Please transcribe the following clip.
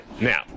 now